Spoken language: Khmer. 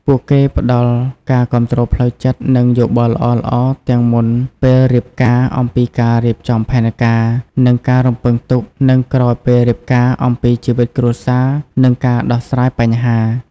ពួកគេផ្ដល់ ការគាំទ្រផ្លូវចិត្ត និងយោបល់ល្អៗ ទាំង មុន ពេលរៀបការ អំពីការរៀបចំផែនការ និងការរំពឹងទុក និង ក្រោយ ពេលរៀបការ អំពីជីវិតគ្រួសារ និងការដោះស្រាយបញ្ហា។